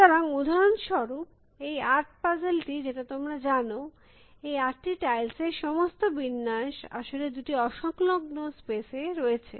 সুতরাং উদাহরণস্বরূপ এই 8 পাজেলটি যেটা তোমরা জানো এই 8টি টাইলস এর সমস্ত বিন্যাস আসলে দুটি অসংলগ্ন স্পেস এ রয়েছে